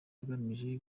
agamije